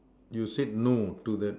you said no to that